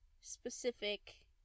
specific